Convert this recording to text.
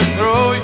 throw